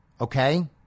Okay